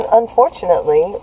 unfortunately